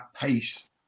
pace